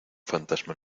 fantasma